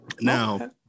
Now